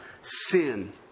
sin